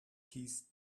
keys